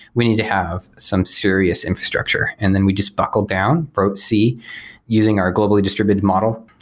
we need to have some serious infrastructure. and then we just buckled down, wrote c using our globally distributed model,